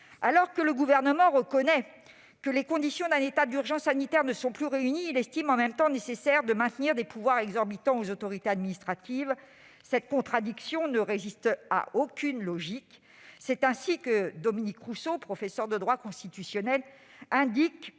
Alors que le Gouvernement reconnaît que les conditions d'un état d'urgence sanitaire ne sont plus réunies, il estime en même temps nécessaire de maintenir des pouvoirs exorbitants aux autorités administratives. Cette contradiction ne résiste à aucune logique. Dominique Rousseau, professeur de droit constitutionnel, indique